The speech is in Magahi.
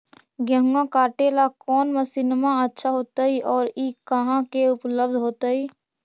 गेहुआ काटेला कौन मशीनमा अच्छा होतई और ई कहा से उपल्ब्ध होतई?